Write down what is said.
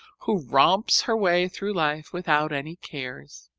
who romps her way through life without any cares.